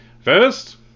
First